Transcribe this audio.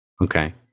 Okay